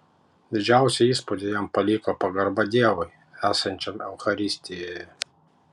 didžiausią įspūdį jam paliko pagarba dievui esančiam eucharistijoje